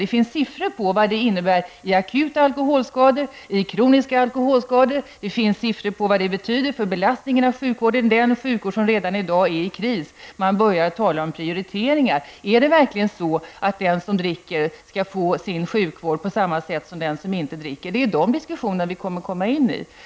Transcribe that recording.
Det finns siffror på vad det innebär i akuta alkoholskador och i kroniska alkoholskador, och det finns siffror på vad det betyder för belastningen på sjukvården, en sjukvård som redan i dag är i kris; man börjar tala om prioriteringar: Är det verkligen så att den som dricker skall få sin sjukvård på samma sätt som den som inte dricker? -- Sådana diskussioner kommer vi att komma in i.